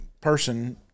person